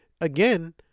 again